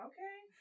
Okay